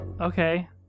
Okay